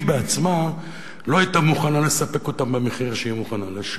בעצמה לא היתה מוכנה לספק אותם במחיר שהיא מוכנה לשלם.